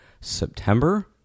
September